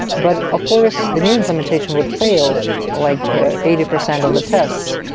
but of course, the new implementation would fail like ah eighty percent of the tests.